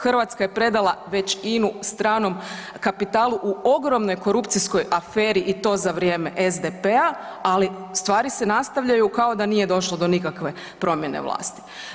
Hrvatska je predala već INA-u stranom kapitalu u ogromnoj korupcijskoj aferi i to za vrijeme SDP-a, ali stvari se nastavljaju kao da nije došlo do nikakve promjene vlasti.